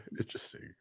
Interesting